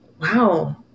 wow